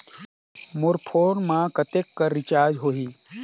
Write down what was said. मोर phone मा कतेक कर रिचार्ज हो ही?